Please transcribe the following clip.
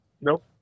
Nope